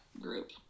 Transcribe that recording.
group